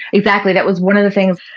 exactly. that was one of the things,